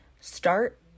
start